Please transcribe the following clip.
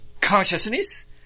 consciousness